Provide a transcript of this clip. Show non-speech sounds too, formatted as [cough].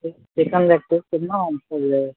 chicken leg piece कितना [unintelligible]